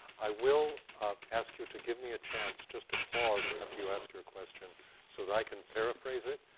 i will ask you to give me a chance just to pause after you ask your question so that i can paraphrase it,